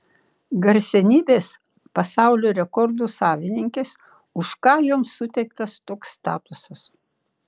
garsenybės pasaulio rekordų savininkės už ką joms suteiktas toks statusas